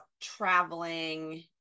traveling